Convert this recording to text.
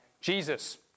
Jesus